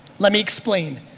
let me explain.